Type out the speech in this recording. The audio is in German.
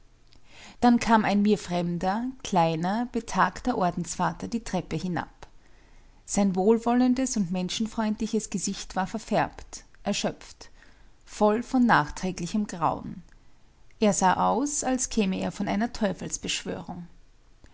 dann kam ein mir fremder kleiner betagter ordensvater die treppe hinab sein wohlwollendes und menschenfreundliches gesicht war verfärbt erschöpft voll von nachträglichem grauen er sah aus als käme er von einer